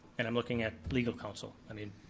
and i'm looking at legal council, i mean,